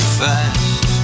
fast